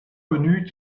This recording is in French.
connue